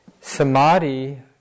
samadhi